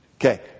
Okay